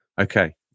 Okay